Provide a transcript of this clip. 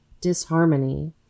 disharmony